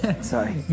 Sorry